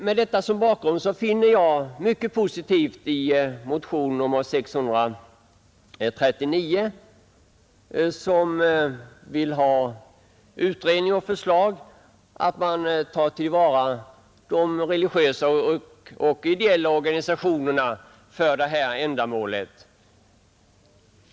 Mot denna bakgrund finner jag mycket positivt i motionen 639, i vilken man begär en skyndsam utredning och förslag rörande en av staten stödd, utökad övervakarverksamhet inom religiösa och övriga ideella organisationer.